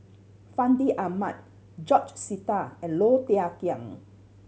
Fandi Ahmad George Sita and Low Thia Khiang